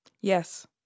Yes